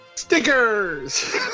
Stickers